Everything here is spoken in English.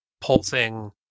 pulsing